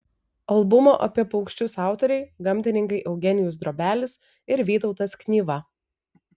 albumo apie paukščius autoriai gamtininkai eugenijus drobelis ir vytautas knyva